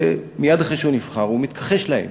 ומייד אחרי שהוא נבחר הוא מתכחש להן.